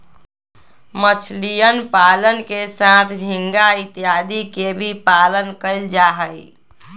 मछलीयन पालन के साथ झींगा इत्यादि के भी पालन कइल जाहई